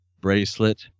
bracelet